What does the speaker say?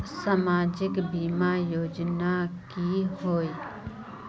सामाजिक बीमा योजना की होय?